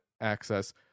access